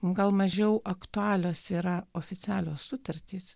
gal mažiau aktualios yra oficialios sutartys